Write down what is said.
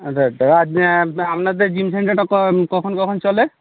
আচ্ছা আচ্ছা আপনাদের জিম সেন্টারটা কখন কখন চলে